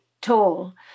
tall